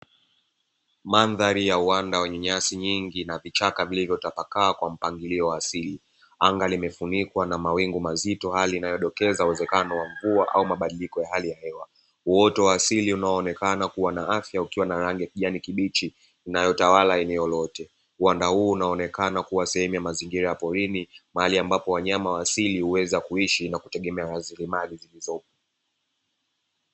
Mandhari ya uwanda wenye nyasi nyingi na vichaka vilivyotapakaa kwa mpangilio wa asili. Anga limefunikwa na mawingu mazito hali inayodokeza uwezekano wa mvua au mabadiliko ya hali ya hewa. Uoto wa asili unaoonekana kuwa na afya ukiwa na rangi ya kijani kibichi inayotawala eneo lote. Uwanda huu unaonekana kuwa sehemu ya mazingira ya porini, mahali ambapo wanyama wa asili huweza kuishi na kutengemea rasilimali zilizopo.